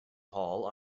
hall